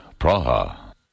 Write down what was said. Praha